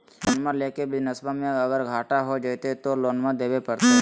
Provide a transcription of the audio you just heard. लोनमा लेके बिजनसबा मे अगर घाटा हो जयते तो लोनमा देवे परते?